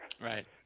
Right